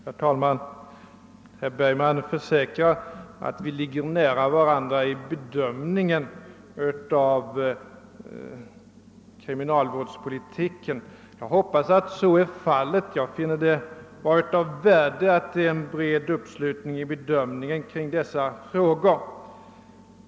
Herr talman! Herr Bergman försäkrade att vi ligger nära varandra i bedömningen av kriminalvårdspolitiken. Jag hoppas att så är fallet. Jag finner det nämligen vara av stort värde att det finns en bred uppslutning kring bedömningen av dessa frågor.